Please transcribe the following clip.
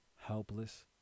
helpless